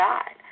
God